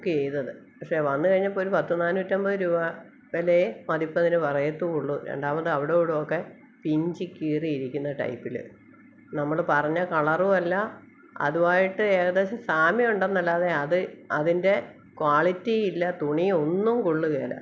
book ചെയ്തത് പക്ഷെ വന്നു കഴിഞ്ഞപ്പം ഒരു പത്തു നാനൂറ്റൻപത് രുപാ വിലയെ മതിപ്പതിനു പറയത്തുള്ളൂ രണ്ടാമത് അവിടവിടൊക്കേ പിഞ്ചി കീറി ഇരിക്കുന്ന ടൈപ്പിൽ നമ്മൾ പറഞ്ഞ കളറും അല്ല അതും ആയിട്ട് ഏകദേശം സാമ്യം ഉണ്ടെന്നല്ലാതെ അത് അതിൻ്റെ ക്വാളിറ്റി ഇല്ല തുണി ഒന്നും കൊള്ളുകേല